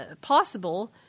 possible